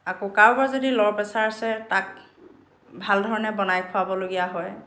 আকৌ কাৰোবাৰ যদি ল' প্ৰেচাৰ আছে তাক ভাল ধৰণে বনাই খুৱাবলগীয়া হয়